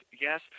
Yes